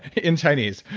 in chinese.